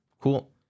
Cool